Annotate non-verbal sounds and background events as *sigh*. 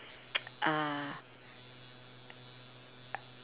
*noise* uh